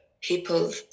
people